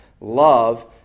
love